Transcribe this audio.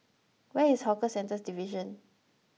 where is Hawker Centres Division